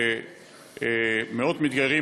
מאות מתגיירים,